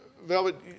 Velvet